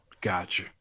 Gotcha